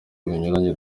binyuranye